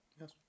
Yes